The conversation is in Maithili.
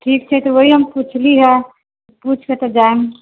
ठीक छै ओही हम पुछली हऽ पुछिके तऽ जायब